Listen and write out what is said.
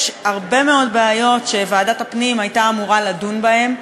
יש הרבה מאוד בעיות שוועדת הפנים הייתה אמורה לדון בהן.